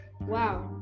Wow